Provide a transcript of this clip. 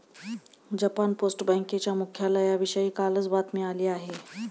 Japan post बँकेच्या मुख्यालयाविषयी कालच बातमी आली आहे